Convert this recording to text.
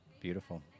beautiful